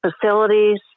facilities